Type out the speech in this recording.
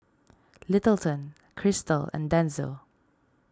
Littleton Crystal and Denzil